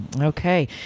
Okay